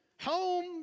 home